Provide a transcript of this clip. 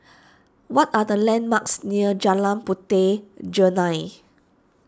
what are the landmarks near Jalan Puteh Jerneh